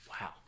Wow